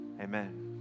Amen